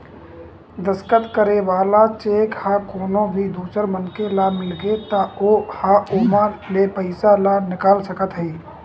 दस्कत करे वाला चेक ह कोनो भी दूसर मनखे ल मिलगे त ओ ह ओमा ले पइसा ल निकाल सकत हे